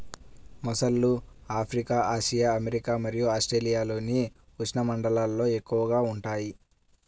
మొసళ్ళు Africa, Asia, America మరియు ఆస్ట్రేలియాలోని ఉష్ణమండలాల్లో ఎక్కువగా ఉంటాయి